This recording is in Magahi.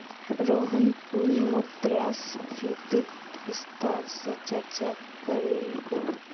रोहन पुनः मुद्रास्फीतित विस्तार स चर्चा करीलकू